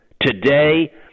Today